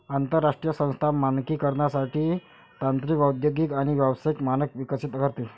आंतरराष्ट्रीय संस्था मानकीकरणासाठी तांत्रिक औद्योगिक आणि व्यावसायिक मानक विकसित करते